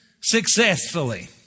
successfully